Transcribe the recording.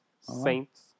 Saints